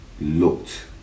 looked